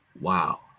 wow